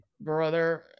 brother